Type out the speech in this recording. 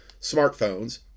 smartphones